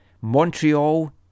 Montreal